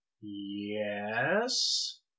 Yes